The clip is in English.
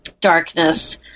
darkness